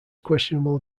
questionable